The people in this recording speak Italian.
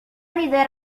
splendide